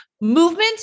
movement